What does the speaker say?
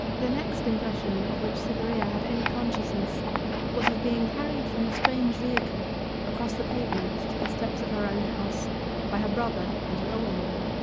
the next impression of which cytherea had any consciousness was of being carried from a strange vehicle across the pavement to the steps of her own house by her brother and an older man.